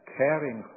caring